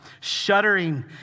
Shuddering